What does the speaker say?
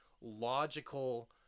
logical